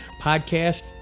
podcast